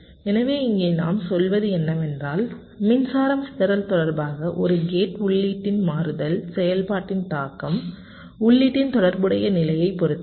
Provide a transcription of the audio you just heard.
எனவே இங்கே நாம் சொல்வது என்னவென்றால் மின்சாரம் சிதறல் தொடர்பாக ஒரு கேட் உள்ளீட்டின் மாறுதல் செயல்பாட்டின் தாக்கம் உள்ளீட்டின் தொடர்புடைய நிலையைப் பொறுத்தது